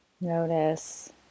notice